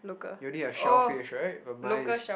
you only have shellfish right well mine is